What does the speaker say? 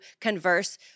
converse